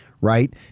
right